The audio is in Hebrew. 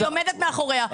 אני עומדת מאחוריה,